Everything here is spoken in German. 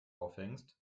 aufhängst